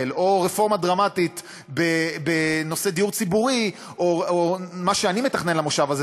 או רפורמה דרמטית בנושא דיור ציבורי או מה שאני מתכנן למושב הזה,